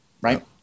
Right